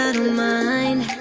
mind